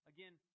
Again